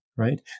Right